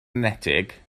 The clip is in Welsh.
enetig